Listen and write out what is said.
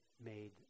made